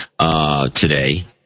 today